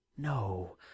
no